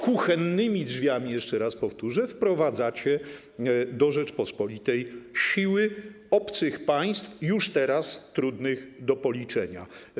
Kuchennymi drzwiami, jeszcze raz powtórzę, wprowadzacie do Rzeczypospolitej siły obcych państw, już teraz trudnych do policzenia.